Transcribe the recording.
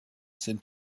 sind